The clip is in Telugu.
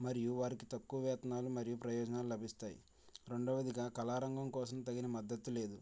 మరియు వారికి తక్కువ వేతనాలు మరియు ప్రయోజనాలు లభిస్తాయి రెండవది కళా రంగం కోసం తగిన మద్దతు లేదు